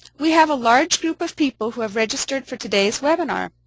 we have a large group of people who have registered for today's webinar.